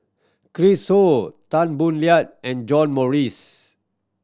Chris Ho Tan Boo Liat and John Morrice